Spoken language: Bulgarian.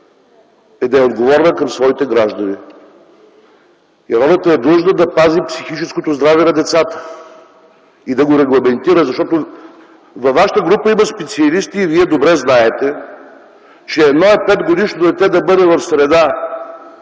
е да е отговорна към своите граждани. И е длъжна да пази психическото здраве на децата и да го регламентира, защото във вашата група има специалисти и вие добре знаете, че едно е 5 годишно дете да бъде в среда